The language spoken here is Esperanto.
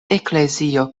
eklezio